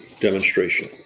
demonstration